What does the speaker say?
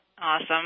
Awesome